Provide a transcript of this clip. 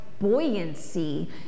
buoyancy